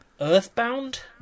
Earthbound